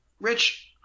Rich